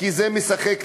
כי זה משחק לידיה.